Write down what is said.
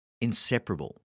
inseparable